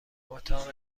اتاق